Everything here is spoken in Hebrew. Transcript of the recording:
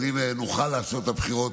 אבל אם נוכל לעשות את הבחירות,